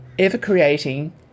ever-creating